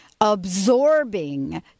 absorbing